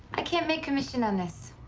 i can't make commission on this.